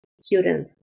students